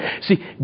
See